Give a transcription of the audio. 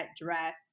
dress